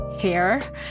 hair